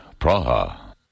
Praha